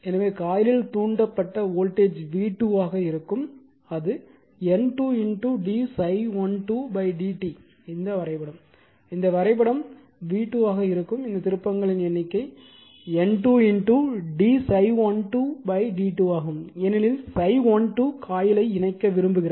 எனவே காயிலில் தூண்டப்பட்ட வோல்டேஜ் v2 ஆக இருக்கும் N2 d ∅12 dt இந்த வரைபடம் இந்த வரைபடம் v2 ஆக இருக்கும் இந்த திருப்பங்களின் எண்ணிக்கை N2 d ∅12 dt ஆகும் ஏனெனில் ∅12 காயிலை இணைக்க விரும்புகிறது